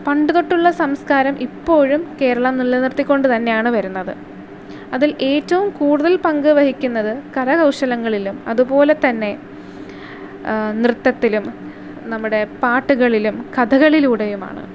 പണ്ട് തൊട്ടുള്ള സംസ്ക്കാരം ഇപ്പോഴും കേരളം നിലനിർത്തിക്കൊണ്ട് തന്നെയാണ് വരുന്നത് അതിൽ ഏറ്റവും കൂടുതൽ പങ്ക് വഹിക്കുന്നത് കരകൗശലങ്ങളിലും അതുപോലെ തന്നെ നൃത്തത്തിലും നമ്മുടെ പാട്ടുളിലും കഥകളിലൂടെയുമാണ്